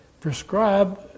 prescribe